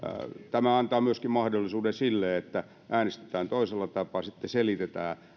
tämä antaa mahdollisuuden myöskin sille että äänestetään toisella tapaa ja sitten selitetään